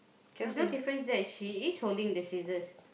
there's no difference there she is holding the scissors